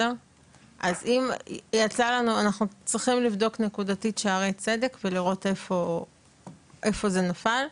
אנחנו צריכים לבדוק נקודתית שערי צדק ולראות איפה זה נפל?